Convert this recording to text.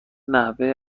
نحوه